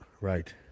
Right